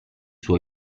suo